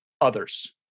others